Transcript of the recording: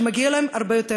שמגיע להם הרבה יותר,